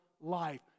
life